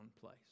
place